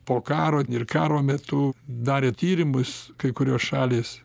po karo ir karo metu darė tyrimus kai kurios šalys